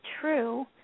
true